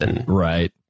Right